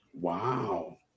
Wow